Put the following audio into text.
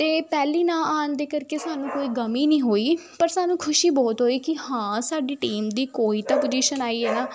ਅਤੇ ਪਹਿਲੀ ਨਾ ਆਉਣ ਦੇ ਕਰਕੇ ਸਾਨੂੰ ਕੋਈ ਗਮੀ ਨਹੀਂ ਹੋਈ ਪਰ ਸਾਨੂੰ ਖੁਸ਼ੀ ਬਹੁਤ ਹੋਈ ਕਿ ਹਾਂ ਸਾਡੀ ਟੀਮ ਦੀ ਕੋਈ ਤਾਂ ਪੁਜ਼ੀਸ਼ਨ ਆਈ ਹੈ ਨਾ